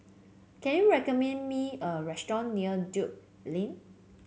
can you recommend me a restaurant near Drake Lane